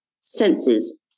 senses